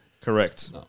Correct